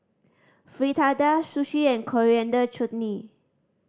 Fritada Sushi and Coriander Chutney